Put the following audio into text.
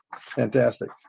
Fantastic